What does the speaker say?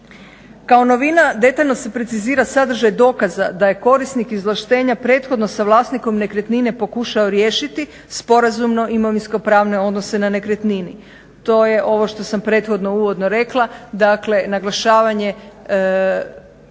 Kao novina detaljno se precizira sadržaj dokaza da je korisnik izvlaštenja prethodno sa vlasnikom nekretnine pokušao riješiti sporazumno imovinsko-pravne odnose na nekretnini. To je ovo što sam prethodno uvodno rekla, dakle naglašavanje